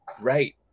Right